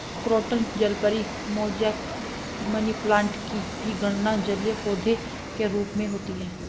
croton जलपरी, mosaic, money plant की भी गणना जलीय पौधे के रूप में होती है